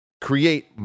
create